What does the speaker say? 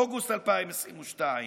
אוגוסט 2022,